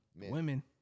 Women